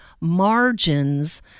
margins